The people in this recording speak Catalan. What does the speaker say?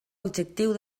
objectiu